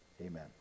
amen